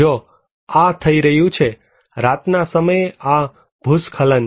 જો આ થઈ રહ્યું છે રાતના સમયે આ ભૂસ્ખલન